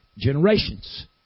Generations